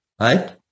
Right